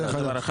נושא חדש.